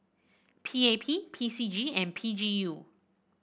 P A P P C G and P G U